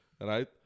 right